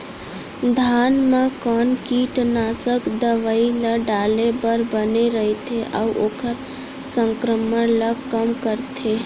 धान म कोन कीटनाशक दवई ल डाले बर बने रइथे, अऊ ओखर संक्रमण ल कम करथें?